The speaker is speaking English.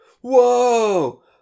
Whoa